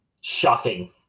shocking